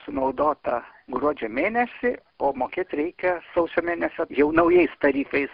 sunaudota gruodžio mėnesį o mokėt reikia sausio mėnesio jau naujais tarifais